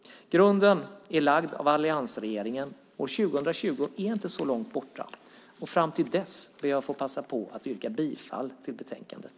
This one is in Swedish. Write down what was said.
Grunden är lagd av alliansregeringen. År 2020 är inte så långt borta, och fram till dess ber jag att få att yrka bifall till förslaget i betänkandet.